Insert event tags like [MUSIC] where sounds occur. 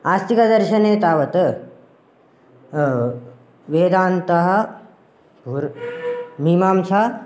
आस्तिकदर्शने तावत् वेदान्तः [UNINTELLIGIBLE] मीमांसा